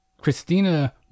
Christina